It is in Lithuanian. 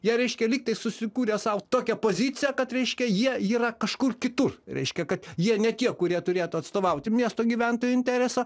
jei reiškia lyg tai susikūrė sau tokią poziciją kad reiškia jie yra kažkur kitur reiškia kad jie ne tie kurie turėtų atstovauti miesto gyventojų interesą